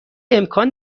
امکان